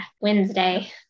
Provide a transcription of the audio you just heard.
Wednesday